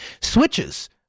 Switches